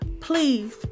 please